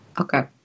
Okay